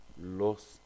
lost